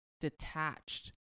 detached